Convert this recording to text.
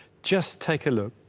just take a look,